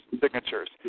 signatures